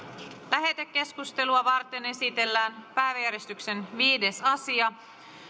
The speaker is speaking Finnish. lähetekeskustelua varten esitellään päiväjärjestyksen viides asia